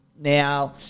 Now